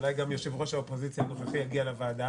אולי גם יושב-ראש האופוזיציה הנוכחי יגיע לוועדה